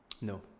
no